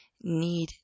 need